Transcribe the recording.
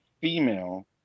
female